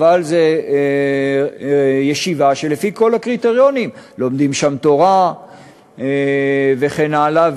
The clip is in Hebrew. אבל היא ישיבה לפי כל הקריטריונים: לומדים שם תורה וכן הלאה.